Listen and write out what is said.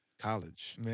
college